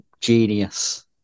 Genius